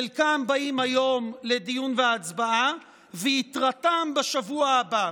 חלקם באים היום לדיון והצבעה ויתרתם בשבוע הבא.